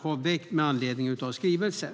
har väckt med anledning av skrivelsen.